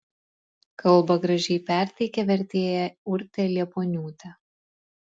kalbą gražiai perteikė vertėja urtė liepuoniūtė